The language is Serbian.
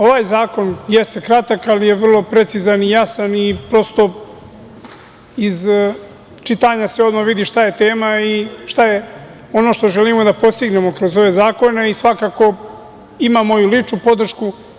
Ovaj zakon jeste kratak, ali je vrlo precizan i jasan i, prosto, iz čitanja se odmah vidi šta je tema i šta je ono što želimo da postignemo kroz ove zakone i svakako ima moju ličnu podršku.